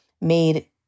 made